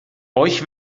euch